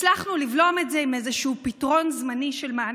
הצלחנו לבלום את זה עם איזשהו פתרון זמני של מענק.